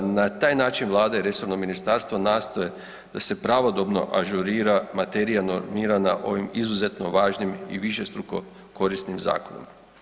Na taj način Vlada i resorno ministarstvo nastoje da se pravodobno ažurira materija normirana ovim izuzetno važnim i višestruko korisnim zakonom.